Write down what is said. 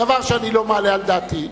דבר שאני לא מעלה על דעתי,